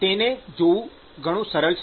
તેને જોવું ઘણું સરળ છે